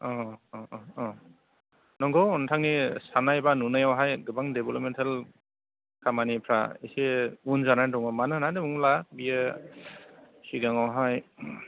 औ औ औ औ नंगौ नोंथांनि साननायाव एबा नुनायावहाय गोबां डेभेलेपमेन्टेल खामानिफ्रा एसे उन जानानै दङ मानो होनना बुंब्ला बियो सिगाङावहाय